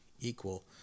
equal